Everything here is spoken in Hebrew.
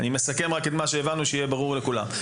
אני מסכם את מה שהבנו כדי שיהיה ברור לכולם.